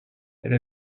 elle